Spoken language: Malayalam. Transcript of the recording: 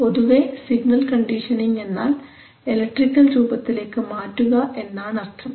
പൊതുവേ സിഗ്നൽ കണ്ടീഷനിംഗ് എന്നാൽ ഇലക്ട്രിക്കൽ രൂപത്തിലേക്ക് മാറ്റുക എന്നാണർത്ഥം